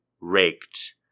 raked